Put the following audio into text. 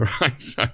Right